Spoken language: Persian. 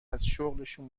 ازشغلشون